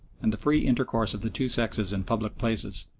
and the free intercourse of the two sexes in public places,